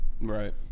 right